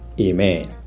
Amen